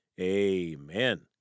amen